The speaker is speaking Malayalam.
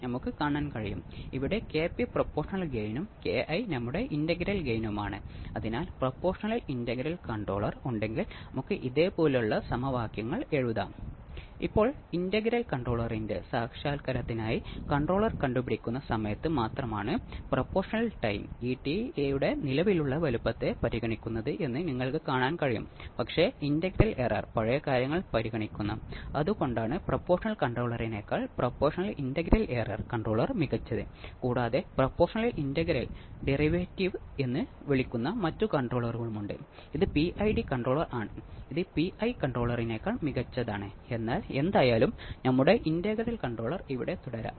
നമുക്ക് ഒരു ഇൻവെർട്ടിങ് ആംപ്ലിഫൈർ ഉണ്ടെങ്കിൽ നൂറ്റി എൺപത് ഡിഗ്രി ഫേസ് ഷിഫ്റ്റ് ലഭിക്കുന്നതിന് മൂന്ന് ആർ മൂന്ന് സി എന്നിവ ഉപയോഗിക്കേണ്ടതുണ്ട് കാരണം ഒരു ആർ ഒരു സി എന്നിവ നമുക്ക് അറുപത് ഡിഗ്രി ഫേസ് ഷിഫ്റ്റ് നൽകും അപ്പോൾ ആർ സി ഓസ്സിലാറ്റർ ആവൃത്തി R C എന്നിവ ഉപയോഗിച്ച് മാറ്റാം ഫ്രീക്വൻസി ഫോർമുല 1 2πR√6 ഉണ്ട്